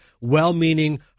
well-meaning